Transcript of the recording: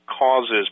causes